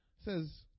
Says